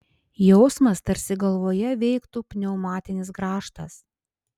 jausmas tarsi galvoje veiktų pneumatinis grąžtas